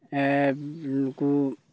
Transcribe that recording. ᱮᱸᱜ ᱩᱱᱠᱩ